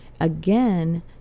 Again